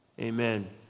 Amen